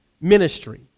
ministry